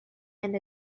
and